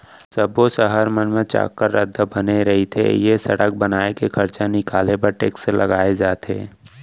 सब्बो सहर मन म चाक्कर रद्दा बने रथे ए सड़क बनाए के खरचा निकाले बर टेक्स लगाए जाथे